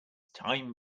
time